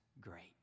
great